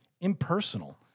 impersonal